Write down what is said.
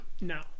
No